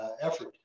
effort